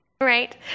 right